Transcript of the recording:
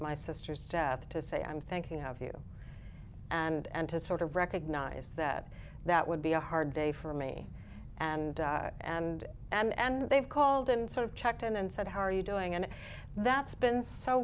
my sister's death to say i'm thinking of you and and to sort of recognize that that would be a hard day for me and and and and they've called and sort of checked in and said how are you doing and that's been so